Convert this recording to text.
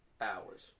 hours